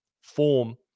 form